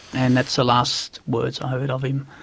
and that's the last words i heard of him.